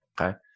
Okay